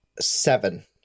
seven